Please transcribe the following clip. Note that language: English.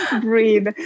breathe